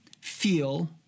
feel